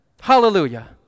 Hallelujah